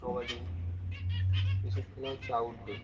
কবাডি এসব খেলা হচ্ছে আউটডোর